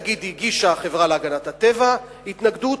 נגיד הגישה החברה להגנת הטבע התנגדות,